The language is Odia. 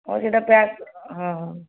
ଆଉ ସେହିଟା ପ୍ୟାକ୍ ହଁ